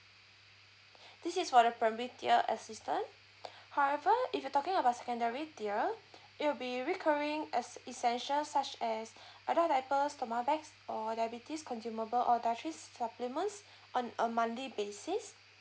this is for the primary tier assistant however if you talking about secondary tier it'll be recurring as essential such as adult diapers or diabetes consumable or dietary supplements on a monthly basis